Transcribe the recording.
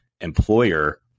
employer